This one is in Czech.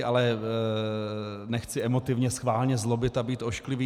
Ale nechci emotivně schválně zlobit a být ošklivý.